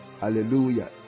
Hallelujah